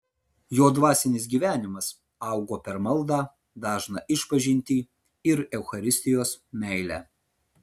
jo dvasinis gyvenimas augo per maldą dažną išpažintį ir eucharistijos meilę